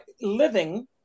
living